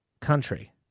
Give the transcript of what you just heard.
Country